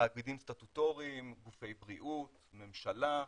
תאגידים סטטוטוריים, גופי בריאות, ממשלה,